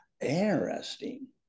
Interesting